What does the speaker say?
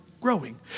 growing